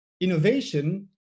innovation